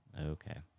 Okay